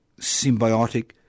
symbiotic